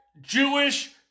Jewish